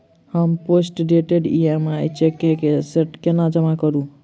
हम postdated EMI cheque केँ नया सेट केना जमा करू?